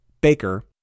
Baker